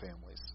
families